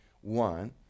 one